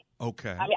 okay